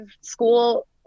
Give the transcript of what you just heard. school